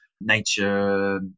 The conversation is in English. nature